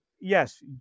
yes